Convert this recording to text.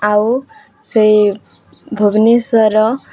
ଆଉ ସେଇ ଭୁବନେଶ୍ୱର